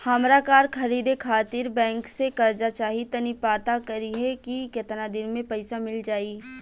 हामरा कार खरीदे खातिर बैंक से कर्जा चाही तनी पाता करिहे की केतना दिन में पईसा मिल जाइ